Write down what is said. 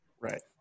Right